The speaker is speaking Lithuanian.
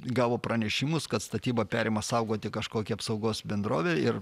gavo pranešimus kad statybą perima saugoti kažkokia apsaugos bendrovė ir